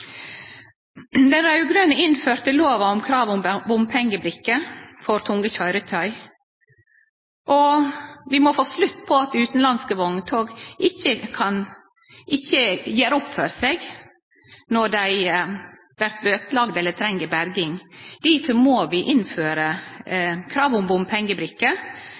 innførte lova om krav om bompengebrikke for tunge køyretøy, og vi må få slutt på at utanlandske vogntog ikkje gjer opp for seg når dei vert bøtelagde eller treng berging. Difor må vi innføre krav om bompengebrikke,